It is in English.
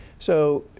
so,